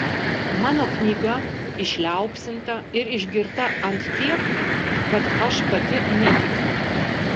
mano knyga išliaupsinta ir išgirta ant tiek kad aš pati netikiu